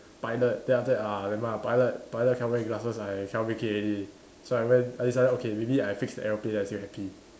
pilot then after that uh never mind ah pilot pilot can't wear glasses I cannot make it already so I went I decided okay maybe I fix the aeroplane I still happy